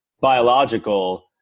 biological